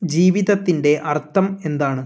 ജീവിതത്തിന്റെ അർത്ഥം എന്താണ്